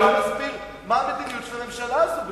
ואתה לא מסביר מה המדיניות של הממשלה הזאת בכלל.